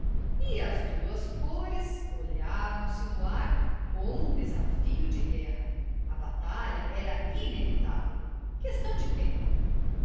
e as duas cores olhavam-se no ar como um desafio de guerra a batalha era inevitável questão de tempo